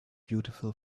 beautiful